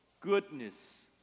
goodness